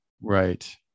right